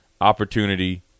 opportunity